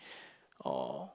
!aww!